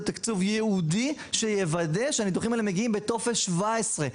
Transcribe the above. תקצוב ייעודי שיוודא שהניתוחים האלה מגיעים בטופס 17,